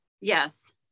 Yes